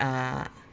uh